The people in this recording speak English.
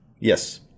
Yes